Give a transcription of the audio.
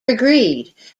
agreed